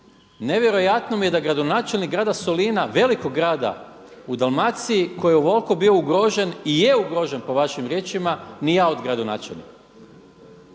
Nevjerojatno mi je da gradonačelnik grada Solina, velikog grada u Dalmaciji koji je ovoliko bio ugrožen i je ugrožen po vašim riječima i a od gradonačelnika.